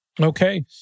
Okay